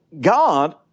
God